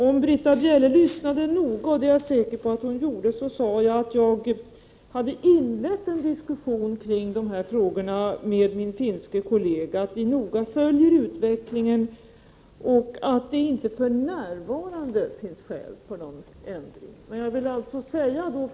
Om Britta Bjelle lyssnade uppmärksamt — vilket jag är säker på att hon gjorde — hörde hon att jag sade att jag har inlett en diskussion kring de här frågorna med min finske kollega. Vi följer utvecklingen noga, och det finns för närvarande inte skäl till någon ändring.